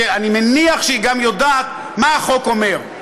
אני מניח שהיא גם יודעת מה החוק אומר.